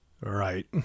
Right